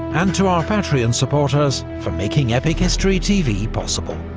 and to our patreon supporters for making epic history tv possible.